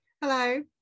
Hello